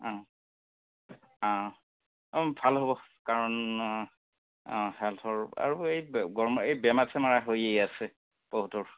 অঁ অঁ অঁ ভাল হ'ব কাৰণ হেল্থৰ আৰু এই গম এই বেমাৰ চেমাৰ হৈয়ে আছে বহুতৰ